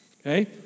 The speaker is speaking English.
okay